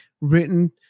written